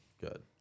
Good